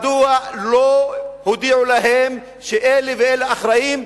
מדוע לא הודיעו להם שאלה ואלה אחראים,